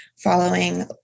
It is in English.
following